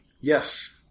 Yes